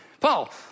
Paul